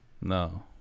no